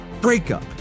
breakup